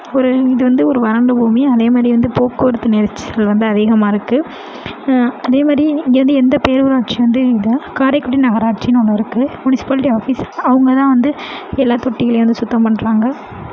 ஒரு இது வந்து ஒரு வறண்ட பூமி அதே மாதிரி வந்து போக்குவரத்து நெரிசல் வந்து அதிகமாக இருக்குது அதே மாதிரி இங்கே வந்து எந்த பேரூராட்சி வந்து இல்லை காரைக்குடி நகராட்சின்னு ஒன்று இருக்குது முனிசிபாலிட்டி ஆஃபீஸ் இருக்குது அவங்க தான் வந்து எல்லா தொட்டிகளையும் வந்து சுத்தம் பண்றாங்க